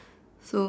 so